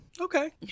Okay